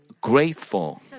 grateful